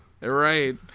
Right